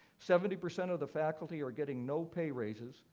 seventy percent of the faculty are getting no pay raises,